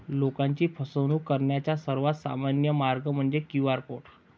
लोकांची फसवणूक करण्याचा सर्वात सामान्य मार्ग म्हणजे क्यू.आर कोड